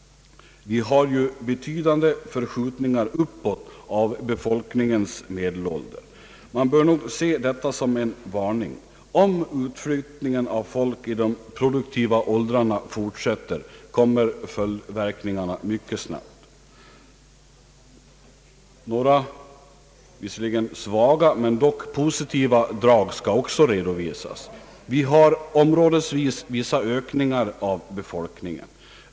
Vi har betydande förskjutningar uppåt av befolkningens medelår. Man bör se detta som en varning. Om utflyttningen av folk i de progressiva åldrarna fortsätter kommer följdverkningarna mycket snabbt. sitiva drag skall också redovisas. Vi har områdesvis vissa ökningar av befolkningen.